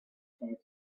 said